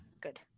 Good